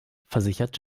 versichert